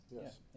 Yes